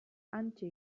hantxe